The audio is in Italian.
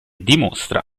dimostra